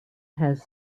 has